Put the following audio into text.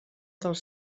dels